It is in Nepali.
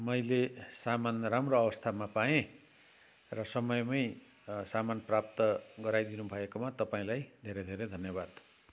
मैले सामान राम्रो अवस्थामा पाएँ र समयमै सामान प्राप्त गराइदिनु भएकोमा तपाईँलाई धेरै धेरै धन्यवाद